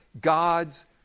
God's